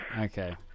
Okay